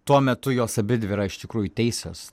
tuo metu jos abidvi yra iš tikrųjų teisios